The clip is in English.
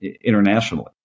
internationally